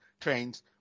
trains